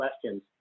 questions